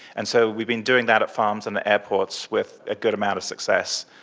and so we've been doing that at farms and the airports with a good amount of success,